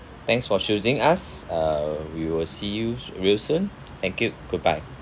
thanks for choosing us uh we will see you real soon thank you goodbye